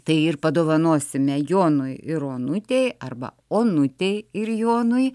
tai ir padovanosime jonui ir onutei arba onutei ir jonui